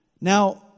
Now